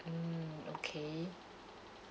mm okay